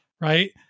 right